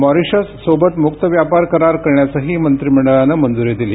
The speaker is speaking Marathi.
मॉरिशससोबत मुक्त व्यापार करार करण्यासही मंत्रीमंडळानं मंजुरी दिली